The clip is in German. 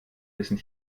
dessen